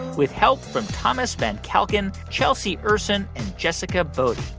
with help from thomas van kalken, chelsea ursin and jessica bodie.